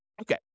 Okay